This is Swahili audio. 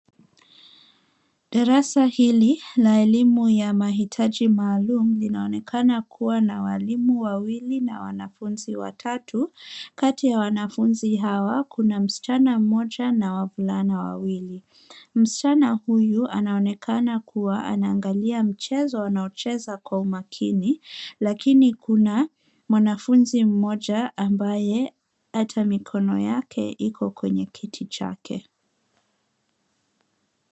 Darasa hili la elimu la mahitaji maalum linaonekana kuwa na walimu wawili na wanafunzi watatu. Kati ya wanafunzi hawa kuna msichana mmoja na wavulana wawili. Msichana huyu anaonekana kuwa anaangalia mchezo anaocheza kwa umakini, lakini kuna mwanafunzi mmoja ambaye hata kwenye mikono yake iko kwenye kiti chake.